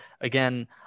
again